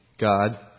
God